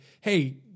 hey